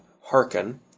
hearken